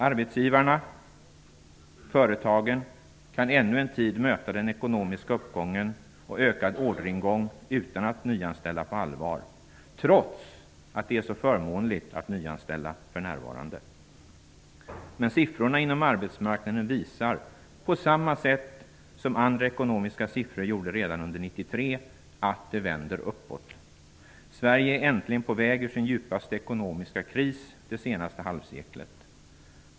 Arbetsgivarna, företagen, kan ännu en tid möta den ekonomiska uppgången och ökad orderingång utan att nyanställa på allvar, trots att det för närvarande är så förmånligt att nyanställa. Men nu visar siffrorna inom arbetsmarknaden, på samma sätt som andra ekonomiska siffror gjorde redan under 1993, att det vänder uppåt. Sverige är äntligen på väg ur sin djupaste ekonomiska kris det senaste halvseklet.